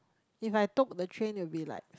if I took the train it will be like